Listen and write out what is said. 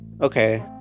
Okay